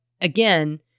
again